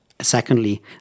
Secondly